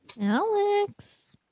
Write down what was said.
Alex